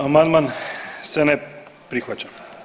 Amandman se ne prihvaća.